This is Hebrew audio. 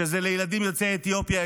לילדים יוצאי אתיופיה,